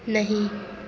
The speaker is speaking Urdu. نہیں